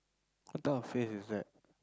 what type of face is that